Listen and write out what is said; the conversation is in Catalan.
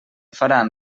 faran